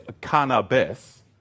cannabis